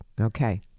Okay